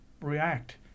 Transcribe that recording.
react